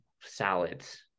salads